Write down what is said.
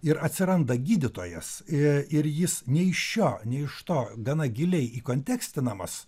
ir atsiranda gydytojas ė ir jis nei iš šio nei iš to gana giliai įkontekstinamas